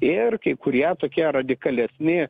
ir kai kurie tokie radikalesni